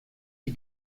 die